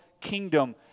kingdom